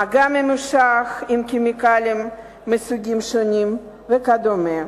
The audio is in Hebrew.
מגע ממושך עם כימיקלים מסוגים שונים וכדומה.